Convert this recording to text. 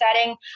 setting